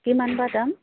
কিমানবা দাম